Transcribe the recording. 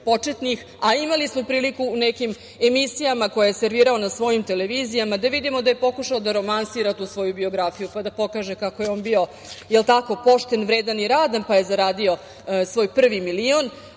a imali smo priliku u nekim emisijama koje je servirao na svojim televizijama da vidimo da je pokušao da romansira tu svoju biografiju, pa da pokaže kako je on bio pošten, vredan i radan, pa je zaradio svoj prvi milion. Usput